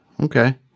okay